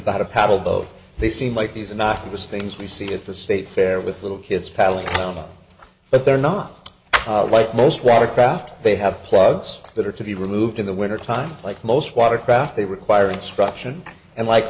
about a paddleboat they seem like he's an octopus things we see at the state fair with little kids paddling around but they're not like most rather craft they have plugs that are to be removed in the winter time like most watercraft they require instruction and like